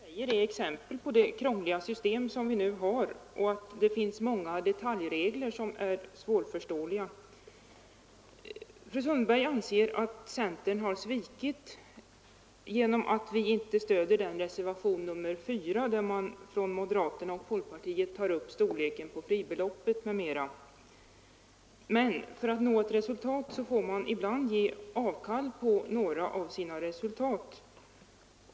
Herr talman! Det fru Sundberg säger visar hur krångligt det system vi nu har är. Det finns många detaljregler som är svårförståeliga. Fru Sundberg anser att centern har svikit genom att vi inte stöder reservationen 4, där moderaterna och folkpartiet bl.a. tar upp storleken på fribeloppet. Men för att nå ett resultat får man ibland ge avkall på några av sina förslag.